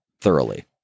thoroughly